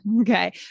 Okay